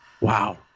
Wow